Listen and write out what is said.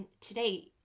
today